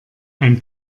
ein